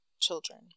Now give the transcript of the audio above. children